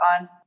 on